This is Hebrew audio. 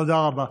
תודה רבה.